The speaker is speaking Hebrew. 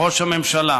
ראש הממשלה.